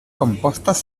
compostos